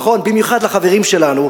במיוחד לחברים שלנו,